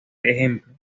ejemplo